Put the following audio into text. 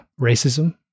racism